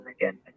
again